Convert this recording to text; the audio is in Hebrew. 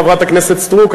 חברת הכנסת סטרוק,